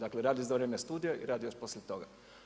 Dakle, radi za vrijeme studija i radi još poslije toga.